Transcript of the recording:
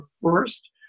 first